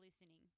listening